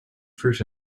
fruit